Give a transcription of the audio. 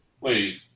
wait